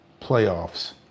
playoffs